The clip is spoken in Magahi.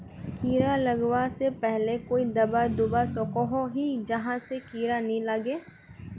कीड़ा लगवा से पहले कोई दाबा दुबा सकोहो ही जहा से कीड़ा नी लागे?